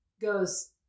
goes